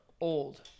Old